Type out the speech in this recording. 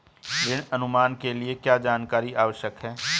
ऋण अनुमान के लिए क्या जानकारी आवश्यक है?